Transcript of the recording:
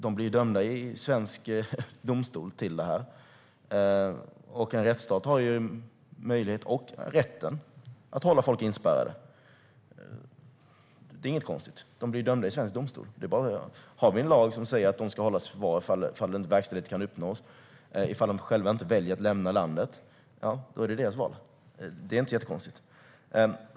De blir dömda i svensk domstol, och en rättsstat har ju möjligheten och rätten att hålla folk inspärrade. Det är inget konstigt. De blir ju dömda i svensk domstol, så det är bara att göra det. Vi har en lag som säger att de ska hållas i förvar ifall verkställighet inte kan uppnås. Ifall de själva då väljer att inte lämna landet är det deras val. Det är inte så jättekonstigt.